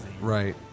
Right